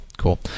cool